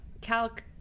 calc